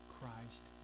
Christ